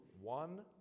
one